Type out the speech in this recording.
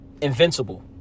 Invincible